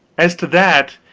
as to that,